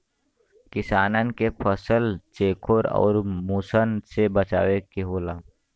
किसानन के फसल चेखुर आउर मुसन से बचावे के होला